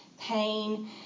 pain